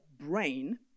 brain